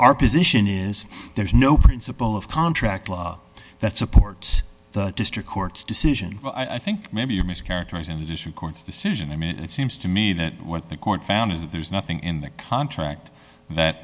our position is there's no principle of contract law that supports the district court's decision i think maybe you're mis characterizing the district court's decision i mean it seems to me that what the court found is that there's nothing in the contract that